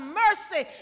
mercy